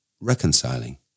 reconciling